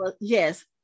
yes